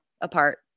apart